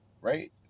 right